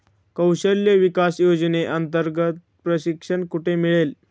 कौशल्य विकास योजनेअंतर्गत प्रशिक्षण कुठे मिळेल?